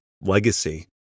legacy